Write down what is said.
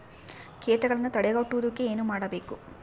ಕೇಟಗಳನ್ನು ತಡೆಗಟ್ಟುವುದಕ್ಕೆ ಏನು ಮಾಡಬೇಕು?